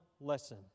lesson